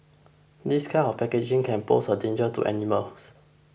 this kind of packaging can pose a danger to animals